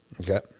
Okay